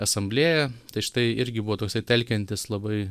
asamblėja tai štai irgi buvo toksai telkiantis labai